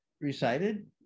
recited